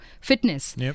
fitness